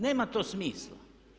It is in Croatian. Nema to smisla.